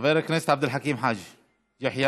חבר הכנסת עבד אל חכים חאג' יחיא,